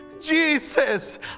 Jesus